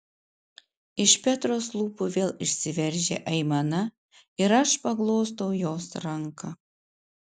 iš petros lūpų vėl išsiveržia aimana ir aš paglostau jos ranką